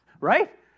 Right